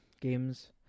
Games